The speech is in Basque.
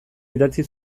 idatzi